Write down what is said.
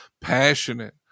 Passionate